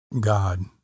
God